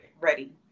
ready